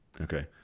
okay